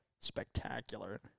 spectacular